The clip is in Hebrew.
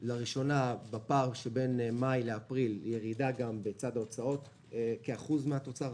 לראשונה בפער שבין מאי לאפריל יש ירידה בצד ההוצאות כאחוז מן התוצר.